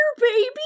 baby